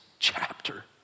chapter